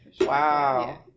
Wow